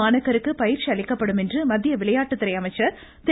மாணாக்கருக்கு பயிற்சி அளிக்கப்படும் என்று மத்திய விளையாட்டுத்துறை அமைச்சர் திரு